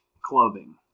clothing